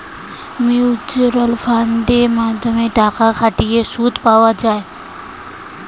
mutual ফান্ডের মাধ্যমে টাকা খাটিয়ে সুদ পাওয়া যায়